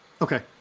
okay